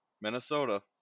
Minnesota